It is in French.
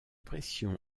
pression